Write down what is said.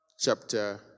chapter